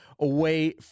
away